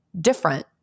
different